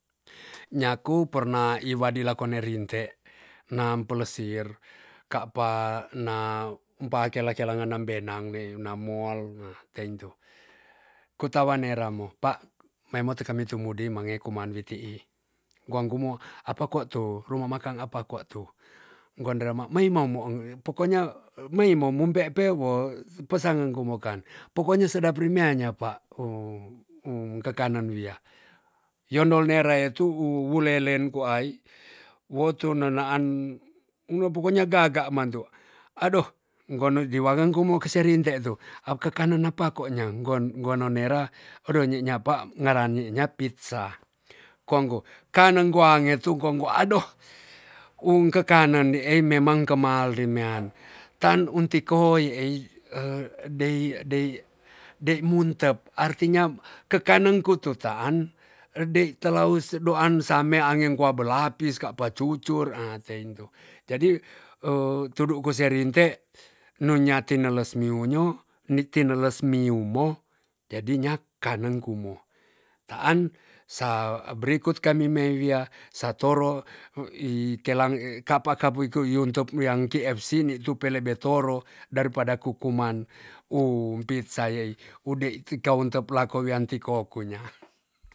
Nyaku perna iwadi lako ne rinte nam pelesir kak pa na umpa kela kela nganam benang mi namoal teintu. ketawa nera mo pa meimo tukami tumudi mange kuman wi ti'i. guan gu mo apakwa tu ruma makan apa kwa tu guandera ma maimo moong pokonya maimo mumpe pe wo pesan gu mokan. pokoknya sedap remea nya pa u- u kekanen wia. yondol nera e tuu wurlelen ku ai wo tu nenaan pokoknya gaga mantu. ado guano jiwa ngen kumo kese rinte tu ap kekanen apa konya guono nera odo nyinyapa ngarani nya pitza. kuan go kanen guange tu kong go ado un kekanen yeei memang kemaren mean tan unti koi ei dei dei dei muntep artinya kekanen kututaan edei telou se doaan samea ange kua belapis ka pa cucur ateintu jadi tudu ku serinte nunnya tineles miunyu ni tineles miumo jadi nya kanen kumo taan sa brikut kami mei wia satoro ikelang kapa kapuiku yuntep wian kfc ni tu pelebe toro daripada kukuman um pitza yei udei ti kawen tep lako wian ti ko ku nya